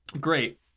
Great